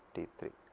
t three